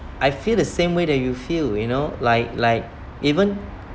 I feel the same way that you feel you know like like even